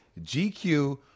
GQ